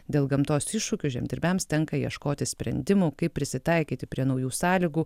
dėl gamtos iššūkių žemdirbiams tenka ieškoti sprendimų kaip prisitaikyti prie naujų sąlygų